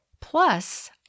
Plus